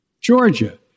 Georgia